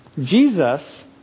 Jesus